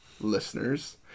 listeners